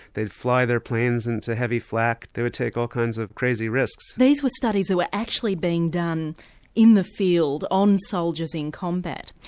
they'd fly their planes into heavy flak, they would take all kinds of crazy risks. these were studies that were actually being done in the field on soldiers in combat.